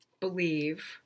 believe